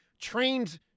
trained